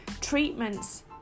treatments